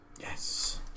Yes